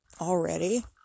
already